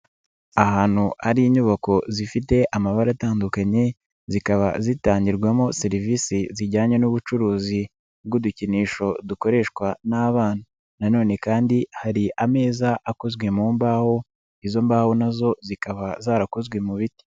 Ahantu hari inyubako zifite amabara atandukanye, zikaba zitangirwamo serivisi zijyanye n'ubucuruzi bw'udukinisho dukoreshwa n'abana na none kandi hari ameza akozwe mu mbaho, izo mbaho na zo zikaba zarakozwe mu biti.